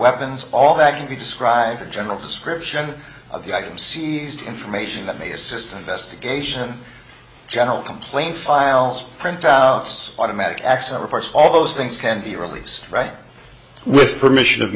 weapons all that can be described as a general description of the items seized information that may assist investigation general complaint files printouts automatic accident reports all those things can be released right with permission of